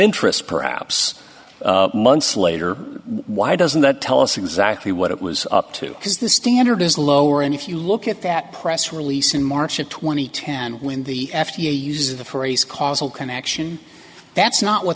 interest perhaps months later why doesn't that tell us exactly what it was up to because the standard is lower and if you look at that press release in march of twenty ten when the f d a uses the phrase causal connection that's not what